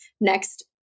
next